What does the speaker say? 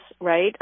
right